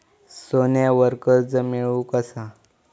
सोन्यावर कर्ज मिळवू कसा?